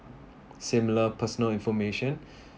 similar personal information